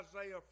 Isaiah